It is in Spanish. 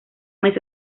mes